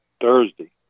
Thursday